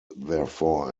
therefore